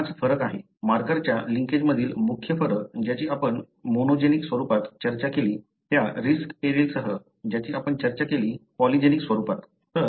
हाच फरक आहे मार्करच्या लिंकेजमधील मुख्य फरक ज्याची आपण मोनोजेनिक स्वरुपात चर्चा केली त्या रिस्क एलीलसह ज्याची आपण चर्चा केली पॉलिजेनिक स्वरूपात